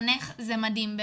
חונך זה מדהים.